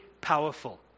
powerful